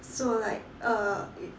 so like uh it